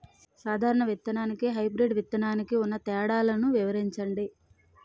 సాధారణ విత్తననికి, హైబ్రిడ్ విత్తనానికి ఉన్న తేడాలను వివరించండి?